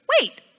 wait